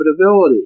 profitability